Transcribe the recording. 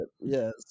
yes